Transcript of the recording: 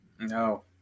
No